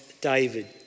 David